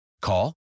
Call